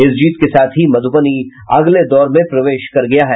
इस जीत के साथ ही मधुबनी अगले दौर में प्रवेश कर गया है